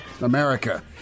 America